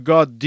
God